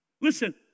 Listen